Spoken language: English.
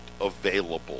available